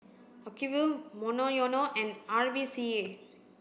Acuvue Monoyono and R V C A